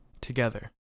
together